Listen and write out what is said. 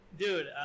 Dude